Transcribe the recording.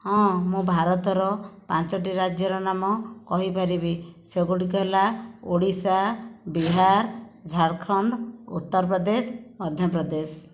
ହଁ ମୁଁ ଭାରତର ପାଞ୍ଚଟି ରାଜ୍ୟ ନାମ କହିପାରିବି ସେଗୁଡ଼ିକ ହେଲା ଓଡ଼ିଶା ବିହାର ଝାଡ଼ଖଣ୍ଡ ଉତ୍ତରପ୍ରଦେଶ ମଧ୍ୟପ୍ରଦେଶ